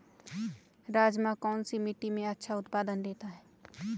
राजमा कौन सी मिट्टी में अच्छा उत्पादन देता है?